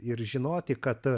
ir žinoti kad